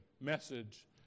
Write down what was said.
message